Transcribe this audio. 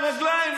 נופלים מהרגליים,